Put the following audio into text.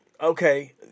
okay